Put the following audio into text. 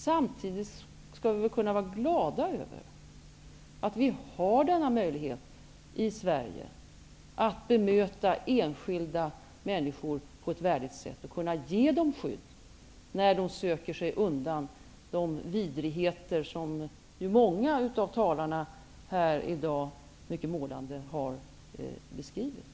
Samtidigt borde vi kunna vara glada över att vi i Sverige har denna möjlighet att bemöta enskilda människor på ett värdigt sätt och att kunna ge dem skydd när de söker sig undan de vidrigheter som många av talarna här i dag mycket målande har beskrivit.